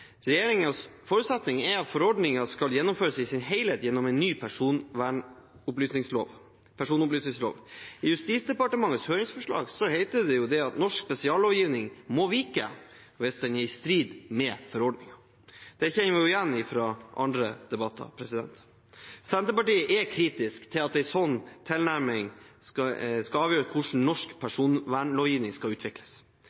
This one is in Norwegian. forutsetning er at forordningen skal gjennomføres i sin helhet gjennom en ny personopplysningslov. I Justisdepartementets høringsforslag heter det at norsk spesiallovgivning må vike hvis den er i strid med forordningen. Det kjenner vi igjen fra andre debatter. Senterpartiet er kritisk til en slik tilnærming til hvordan norsk personvernlovgivning skal